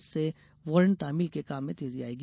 इससे वारंट तामील के काम में तेजी आएगी